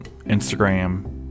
Instagram